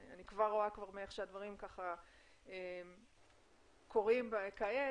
אני כבר רואה מאיך שהדברים קורים כעת,